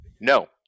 No